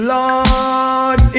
Lord